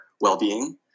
well-being